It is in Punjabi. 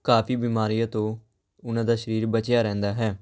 ਕਾਫ਼ੀ ਬਿਮਾਰੀਆਂ ਤੋਂ ਉਹਨਾਂ ਦਾ ਸਰੀਰ ਬਚਿਆ ਰਹਿੰਦਾ ਹੈ